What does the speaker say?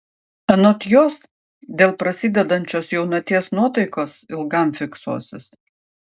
anot jos dėl prasidedančios jaunaties nuotaikos ilgam fiksuosis